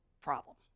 problem